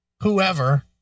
whoever